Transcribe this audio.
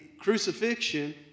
crucifixion